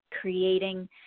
creating